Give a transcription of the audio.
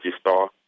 Star